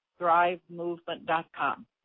ThriveMovement.com